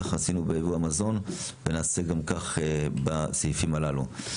ככה עשינו בייבוא המזון ונעשה גם כך בסעיפים הללו.